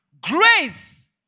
grace